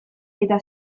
eta